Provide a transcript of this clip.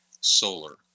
solar